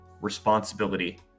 responsibility